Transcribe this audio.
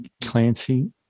Clancy